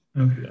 Okay